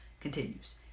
continues